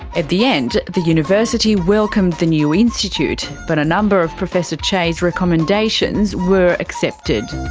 at the end, the university welcomed the new institute, but a number of professor chey's recommendations were accepted.